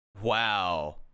Wow